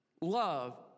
love